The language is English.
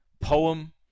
poem